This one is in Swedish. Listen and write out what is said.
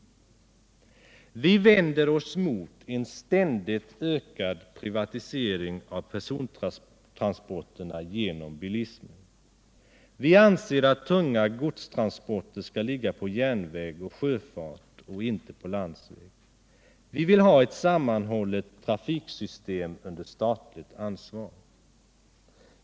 Vi vänder oss mot en ständigt ökad privatisering av persontransporterna genom bilismen. Vianser att tunga godstransporter skall ligga på järnväg och sjöfart och inte på landsväg. Vi vill ha ett sammanhållet trafiksystem under statligt ansvar.